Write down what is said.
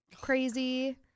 crazy